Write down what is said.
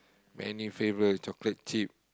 many flavour chocolate chip